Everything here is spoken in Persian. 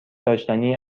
داشتنی